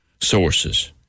sources